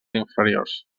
inferiors